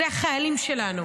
אלה החיילים שלנו.